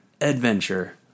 adventure